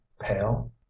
pale